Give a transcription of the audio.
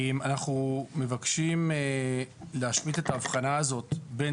אם אנחנו מבקשים להשמיט את ההבחנה הזאת בין